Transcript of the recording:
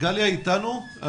גליה איתנו?